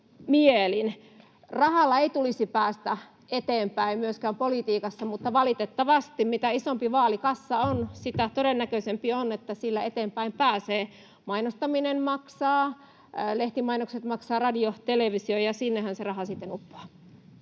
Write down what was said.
Rahalla ei tulisi päästä eteenpäin myöskään politiikassa, mutta valitettavasti mitä isompi vaalikassa on, sitä todennäköisempää on, että sillä eteenpäin pääsee. Mainostaminen maksaa, lehtimainokset maksavat, radio-, televisio‑, ja sinnehän se raha sitten uppoaa.